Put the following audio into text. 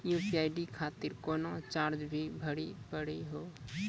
UPI खातिर कोनो charge भी भरी पड़ी हो?